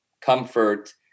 comfort